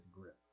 grip